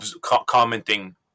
commenting